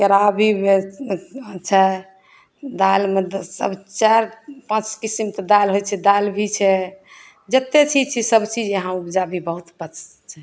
केराउ भी अच्छा हइ दालिमे तऽ सभ चारि पाँच किसिमके दालि होइ छै दालि भी छै जते चीज छै सभचीज इहाँ उपजा भी बहुत